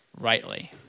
rightly